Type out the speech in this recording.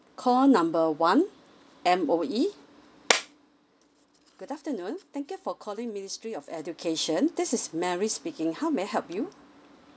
call number one M_O_E good afternoon thank you for calling ministry of education this is mary speaking how may I help you